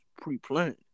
pre-planned